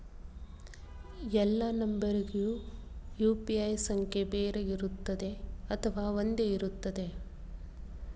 ಎಲ್ಲಾ ನಂಬರಿಗೂ ಯು.ಪಿ.ಐ ಸಂಖ್ಯೆ ಬೇರೆ ಇರುತ್ತದೆ ಅಥವಾ ಒಂದೇ ಇರುತ್ತದೆ?